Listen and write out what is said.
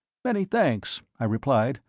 many thanks, i replied,